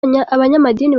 abanyamadini